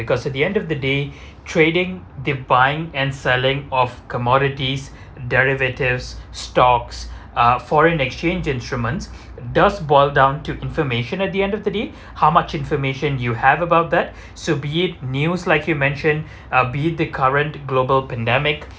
because at the end of the day trading the buying and selling of commodities derivatives stocks uh foreign exchange instruments does ball down to information at the end of the day how much information you have about that so be it news like you mentioned uh be the current global pandemic